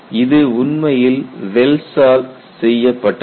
இது உண்மையில் வெல்ஸால் Well's செய்யப்பட்டது